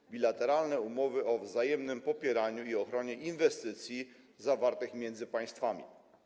To bilateralne umowy o wzajemnym popieraniu i ochronie inwestycji zawarte między państwami.